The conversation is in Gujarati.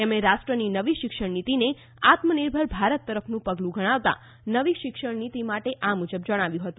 તેમણે રાષ્ટ્રની નવી શિક્ષણ નીતિને આત્મનિર્ભર ભારત તરફનું પગલું ગણવતા નવી શિક્ષણ નીતિ માટે આ મુજબ જણાવ્યું હતું